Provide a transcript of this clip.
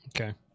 Okay